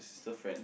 the friends